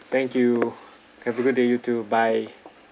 thank you have a good day you too bye